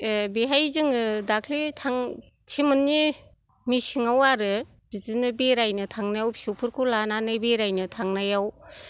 ए बेहाय जोङो दाख्लै सेमोननि मेसेंआव आरो बिदिनो बेरायनो थांनायाव फिसौखौ लानानै बेरायनो थांनायाव